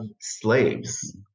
slaves